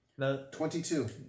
22